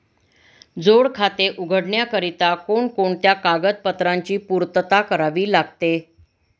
जोड खाते उघडण्याकरिता कोणकोणत्या कागदपत्रांची पूर्तता करावी लागते?